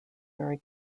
very